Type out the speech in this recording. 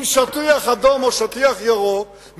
עם שטיח אדום או שטיח ירוק,